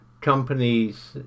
companies